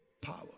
power